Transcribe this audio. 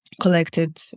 collected